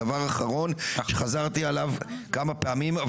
דבר אחרון שחזרתי עליו כמה פעמים,